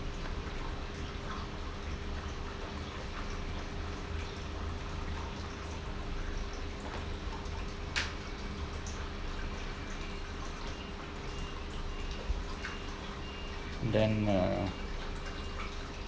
then uh